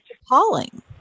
appalling